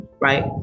right